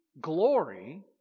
Glory